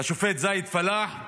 השופט זאיד פלאח,